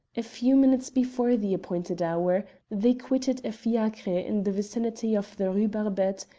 a few minutes before the appointed hour they quitted a fiacre in the vicinity of the rue barbette,